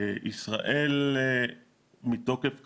מתוקף כך,